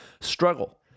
struggle